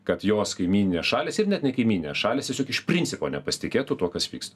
kad jos kaimyninės šalys ir net ne kaimyninės šalys tiesiog iš principo nepasitikėtų tuo kas vyksta